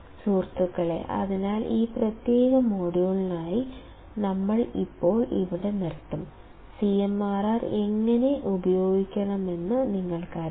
സുഹൃത്തുക്കളേ അതിനാൽ ഈ പ്രത്യേക മൊഡ്യൂളിനായി നമ്മൾ ഇപ്പോൾ ഇവിടെ നിർത്തും CMRR എങ്ങനെ ഉപയോഗിക്കണമെന്ന് നിങ്ങൾക്കറിയാം